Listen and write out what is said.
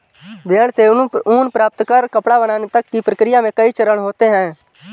भेड़ से ऊन प्राप्त कर कपड़ा बनाने तक की प्रक्रिया में कई चरण होते हैं